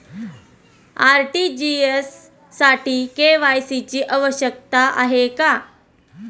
RTGS साठी KYC ची आवश्यकता आहे का?